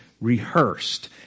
Rehearsed